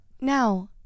Now